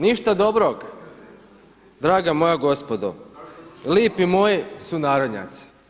Ništa dobrog, draga moja gospodo, lipi moji sunarodnjaci.